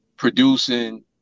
producing